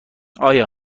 آیا